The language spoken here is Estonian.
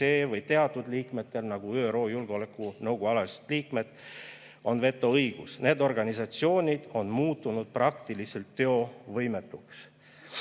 või teatud liikmetel, nagu ÜRO Julgeolekunõukogu alalised liikmed, on vetoõigus. Need organisatsioonid on muutunud praktiliselt teovõimetuks.